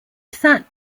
that